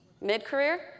Mid-career